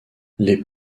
les